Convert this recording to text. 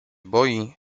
boi